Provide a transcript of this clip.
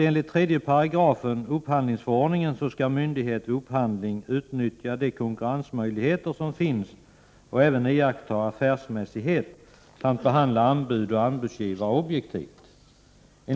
Enligt 3 § upphandlingsförordningen skall myndighet vid upphandling utnyttja de konkurrensmöjligheter som finns och även iaktta affärsmässighet samt behandla anbud och anbudsgivare objektivt.